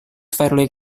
fairly